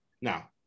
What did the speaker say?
now